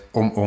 om